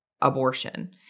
abortion